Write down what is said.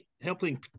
helping